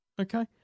okay